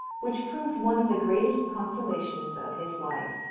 which proved one of the greatest consolations of his life.